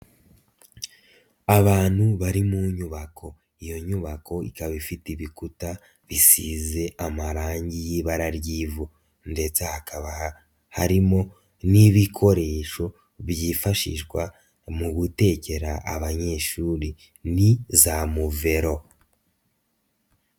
Abantu bari mu nyubako, iyo nyubako ikaba ifite ibikuta bisize amarangi y'ibara ry'ivu ndetse hakaba harimo n'ibikoresho byifashishwa mu gutegera abanyeshuri ni za muvero.